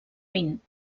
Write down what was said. vint